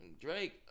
Drake